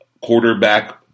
quarterback